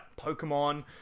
Pokemon